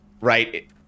right